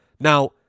now